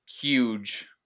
huge